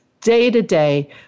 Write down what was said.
day-to-day